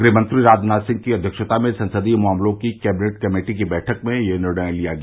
गृह मंत्री राजनाथ सिंह की अध्यक्षता में संसदीय मामलों की कैबिनेट कमेटी की बैठक में यह निर्णय लिया गया